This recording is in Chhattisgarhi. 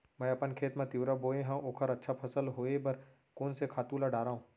मैं अपन खेत मा तिंवरा बोये हव ओखर अच्छा फसल होये बर कोन से खातू ला डारव?